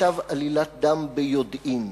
כתב עלילת דם ביודעין.